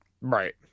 Right